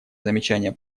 замечания